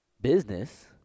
Business